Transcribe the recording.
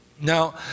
Now